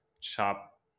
chop